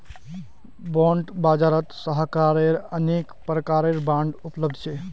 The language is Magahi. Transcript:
बॉन्ड बाजारत सहारार अनेक प्रकारेर बांड उपलब्ध छ